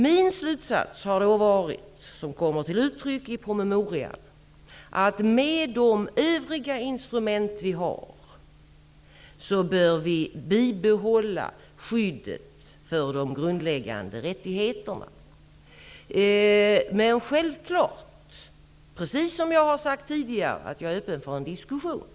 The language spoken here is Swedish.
Min slutsats kommer till uttryck i promemorian. Med de övriga instrument som finns bör vi bibehålla skyddet för de grundläggande rättigheterna. Men självfallet är jag öppen för en diskussion -- precis som jag har sagt tidigare.